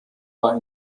war